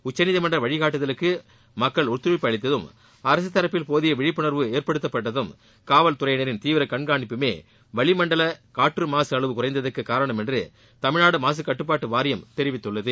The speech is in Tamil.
உச்சநீதிமன்ற வழிகாட்டுதலுக்கு மக்கள் ஒத்துழைப்பு அளித்ததும் அரசுத் தரப்பில் போதிய விழிப்புணர்வு ஏற்படுத்தப்பட்டதும் காவல்துறையினரின் தீவிர கண்காணிப்புமே வளிமண்டல காற்று மாசு அளவு குறைந்ததற்கு காரணம் என்று தமிழ்நாடு மாசுக் கட்டுப்பாட்டு வாரியம் தெரிவித்துள்ளது